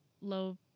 low